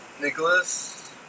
Nicholas